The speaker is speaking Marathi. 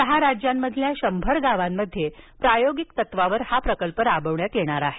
सहा राज्यांमधील शंभर गावांमध्ये प्रायोगिक तत्त्वावर हा प्रकल्प राबविण्यात येणार आहे